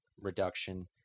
reduction